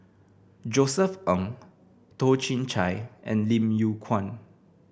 Josef Ng Toh Chin Chye and Lim Yew Kuan